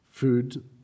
Food